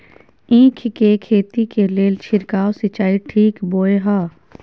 ईख के खेती के लेल छिरकाव सिंचाई ठीक बोय ह?